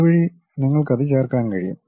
അതുവഴി നിങ്ങൾക്കത് ചേർക്കാൻ കഴിയും